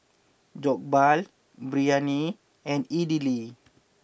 Jokbal Biryani and Idili